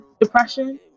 depression